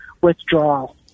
withdrawal